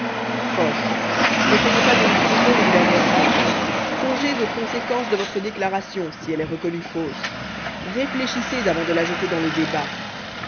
coche n'essayez pas de nous tromper une dernière fois songez aux conséquences de votre déclaration si elle est reconnue fausse réfléchissez avant de la jeter dans le débat